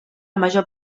major